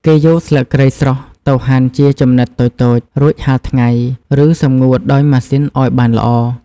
គេយកស្លឹកគ្រៃស្រស់ទៅហាន់ជាចំណិតតូចៗ រួចហាលថ្ងៃ ឬសម្ងួតដោយម៉ាស៊ីនឲ្យបានល្អ។